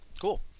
Cool